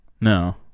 No